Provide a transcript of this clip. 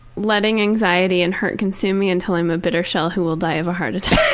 letting anxiety and hurt consume me until i'm a bitter shell who will die of a heart attack.